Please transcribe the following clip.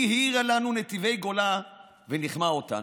היא האירה לנו נתיבי גולה וניחמה אותנו.